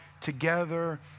together